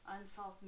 unsolved